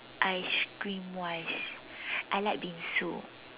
ice cream wise I like bingsu